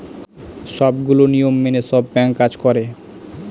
সবগুলো নিয়ম মেনে সব ব্যাঙ্ক কাজ করে